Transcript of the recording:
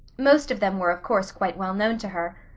most of them were, of course, quite well known to her.